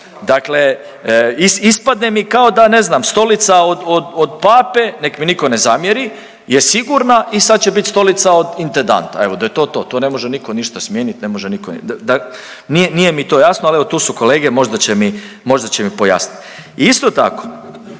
Dakle, ispadne mi kao da je ne znam stolica od pape, nek mi niko ne zamjeri je sigurna i sad će biti stolica od intendanta, evo da je to to, to ne može nitko ništa smijeniti, ne može niko da, nije mi to jasno, ali evo tu su kolege možda će, možda mi pojasni. I isto tako,